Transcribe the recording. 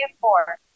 four